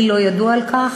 לי לא ידוע על כך,